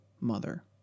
mother